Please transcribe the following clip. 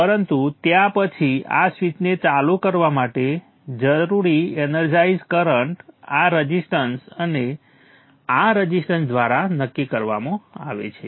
પરંતુ ત્યાં પછી આ સ્વીચને ચાલુ કરવા માટે જરૂરી એનર્જાઇઝ કરંટ આ રઝિસ્ટર અને આ રઝિસ્ટર દ્વારા નક્કી કરવામાં આવે છે